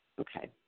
Okay